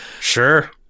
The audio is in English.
Sure